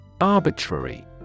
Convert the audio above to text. Arbitrary